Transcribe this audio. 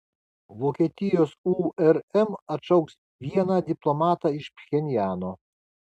vokietijos urm atšauks vieną diplomatą iš pchenjano